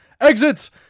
Exits